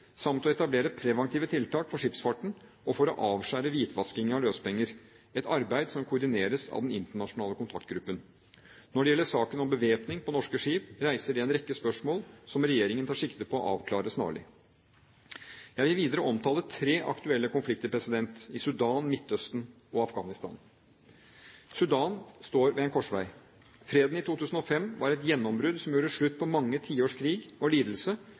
samt å etablere preventive tiltak for skipsfarten og for å avskjære hvitvasking av løsepenger – et arbeid som koordineres av den internasjonale kontaktgruppen. Når det gjelder saken om bevæpning på norske skip, reiser det en rekke spørsmål som regjeringen tar sikte på å avklare snarlig. Jeg vil videre omtale tre aktuelle konflikter: i Sudan, Midtøsten og Afghanistan. Sudan står ved en korsvei. Freden i 2005 var et gjennombrudd som gjorde slutt på mange tiårs krig og lidelse,